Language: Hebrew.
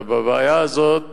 ובבעיה הזאת